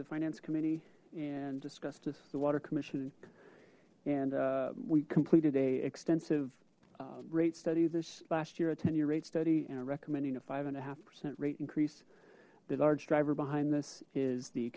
the finance committee and discussed the water commission and we completed a extensive rate study this last year at any rate study and are recommending a five and a half percent rate increase the large driver behind this is the